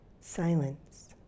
silence